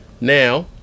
Now